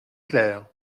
clair